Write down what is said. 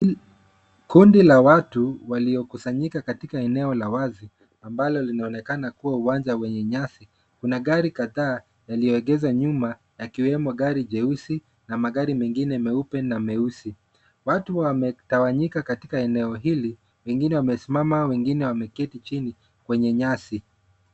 Kundi la watu waliokusanyika katika eneo la wazi, ambalo linaonekana kuwa uwanja wenye nyasi. Kuna gari kadhaa, yaliyoegeza nyuma akiwemo gari jeusi na magari mengine meupe na meusi. Watu wametawanyika katika eneo hili, wengine wamesimama, wengine wameketi chini kwenye nyasi.